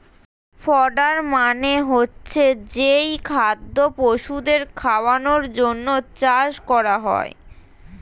fodder মানে হচ্ছে যেই খাদ্য পশুদের খাওয়ানোর জন্যে চাষ করা হয়